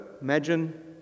imagine